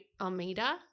Almeida